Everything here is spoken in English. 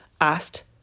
asked